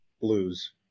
blues